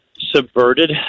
subverted